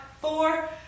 four